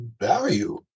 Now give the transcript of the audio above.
value